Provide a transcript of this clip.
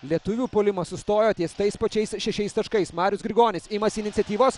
lietuvių puolimas sustojo ties tais pačiais šešiais taškais marius grigonis imasi iniciatyvos